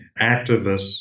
activists